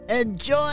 Enjoy